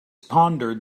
pondered